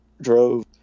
drove –